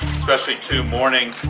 especially two morning,